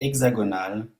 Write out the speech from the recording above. hexagonale